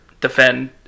defend